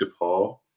DePaul